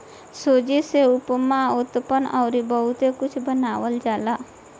सूजी से उपमा, उत्तपम अउरी बहुते कुछ बनावल जाला